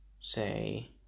say